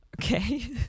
Okay